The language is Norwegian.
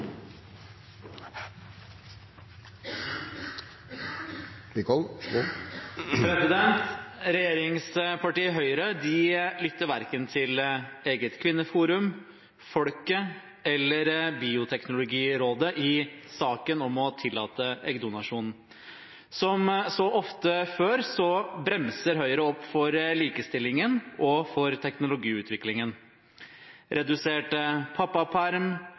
eget kvinneforum, folket eller Bioteknologirådet i saken om å tillate eggdonasjon. Som så ofte før bremser Høyre for likestilling og for teknologiutviklingen. Redusert pappaperm,